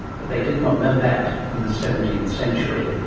but they did not know that in the seventeenth century.